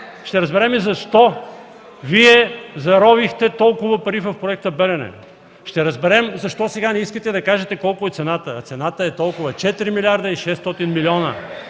ще разберем защо Вие заровихте толкова пари в проекта „Белене”. Ще разберем защо сега не искате да кажете колко е цената, цената е толкова – 4 милиарда и 600 милиона.